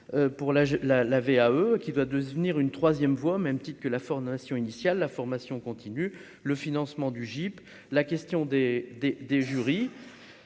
la la VAE qui doit devenir une 3ème voie mais une petite que la formation initiale, la formation continue, le financement du GIP, la question des des